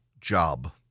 job